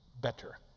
better